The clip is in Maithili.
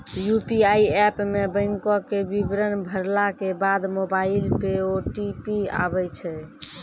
यू.पी.आई एप मे बैंको के विबरण भरला के बाद मोबाइल पे ओ.टी.पी आबै छै